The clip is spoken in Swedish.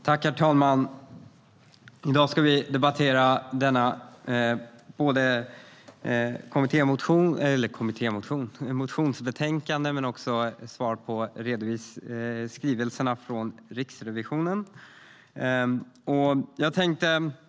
Herr talman! I dag ska vi debattera både motionsbetänkandet och svaret på skrivelserna från Riksrevisionen.